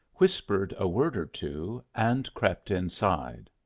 whispered a word or two, and crept inside.